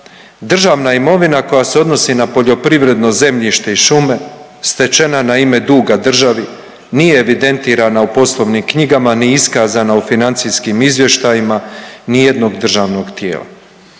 državna imovina koja se odnosi na poljoprivredno zemljište i šume stečena na ime duga državi nije evidentirana u poslovnim knjigama ni iskazana u financijskim izvještajima ni jednog državnog tijela.